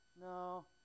no